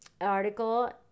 Article